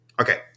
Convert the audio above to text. Okay